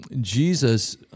Jesus